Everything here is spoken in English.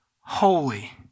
holy